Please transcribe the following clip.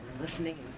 listening